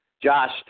Josh